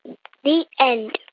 the end